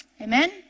Amen